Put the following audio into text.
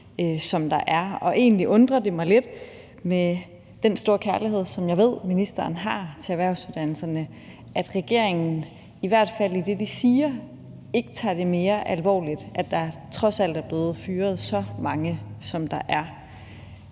som der er. Egentlig undrer det mig lidt med den store kærlighed, som jeg ved ministeren har til erhvervsuddannelserne, at regeringen i hvert fald i det, de siger, ikke tager det mere alvorligt, at der trods alt er blevet fyret så mange, som der er.